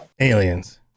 Aliens